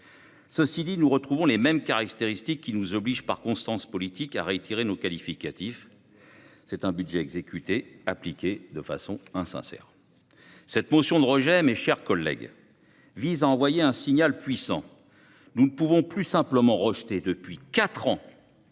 Cela étant, nous y retrouvons les mêmes caractéristiques qui nous obligent, par constance politique, à réitérer nos qualificatifs : c’est un budget exécuté et appliqué de façon insincère. Cette motion de rejet, mes chers collègues, vise à envoyer un signal puissant. Nous ne pouvons plus nous contenter de rejeter les uns